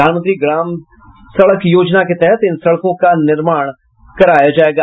प्रधानमंत्री ग्राम सड़क योजना के तहत इन सड़कों का निर्माण कराया जायेगा